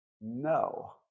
No